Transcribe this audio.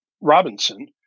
Robinson